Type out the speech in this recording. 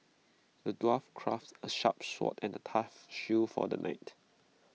the dwarf crafted A sharp sword and A tough shield for the knight